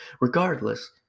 Regardless